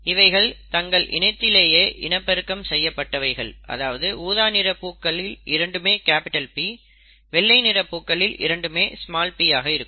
இவைகள் தங்கள் இனத்திலேயே இனப்பெருக்கம் செய்யப்பட்டவைகள் அதாவது ஊதா நிற பூக்களில் இரண்டுமே P வெள்ளை நிற பூக்களில் இரண்டுமே p ஆக இருக்கும்